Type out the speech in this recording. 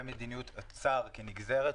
ומדיניות אוצר כנגזרת,